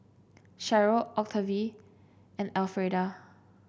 Sharyl Octavie and Alfreda